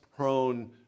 prone